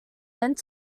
meant